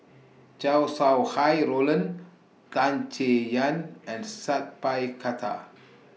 Chow Sau Hai Roland Tan Chay Yan and Sat Pal Khattar